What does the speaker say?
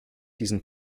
diesen